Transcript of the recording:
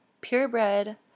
purebred